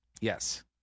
Yes